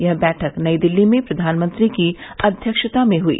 यह बैठक नई दिल्ली में प्रधानमंत्री की अध्यक्षता में हुई